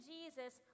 Jesus